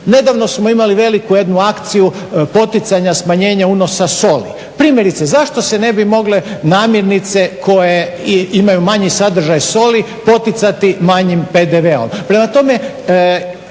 Nedavno smo imali veliku jednu akciju poticanja smanjenja unosa soli. Primjerice, zašto se ne bi mogle namirnice koje imaju manji sadržaj soli poticati manjim PDV-om.